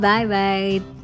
Bye-bye